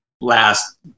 last